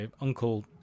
uncle